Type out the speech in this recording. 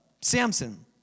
Samson